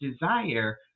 desire